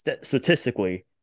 statistically